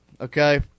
okay